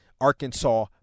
Arkansas